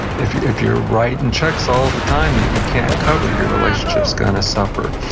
if if you're writing checks all the time that you can't cover, your relationship's going to suffer,